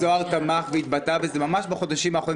אז גם מיקי זוהר תמך והתבטא בזה ממש בחודשים האחרונים